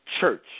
Church